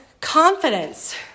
confidence